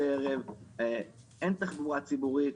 אין תחבורה ציבורית.